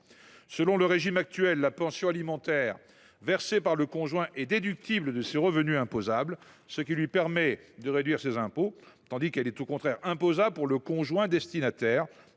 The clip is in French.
Selon le régime actuel, la pension alimentaire versée par le conjoint est déductible de ses revenus imposables, ce qui lui permet de réduire ses impôts, tandis qu’elle est au contraire imposable pour le destinataire,